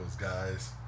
guys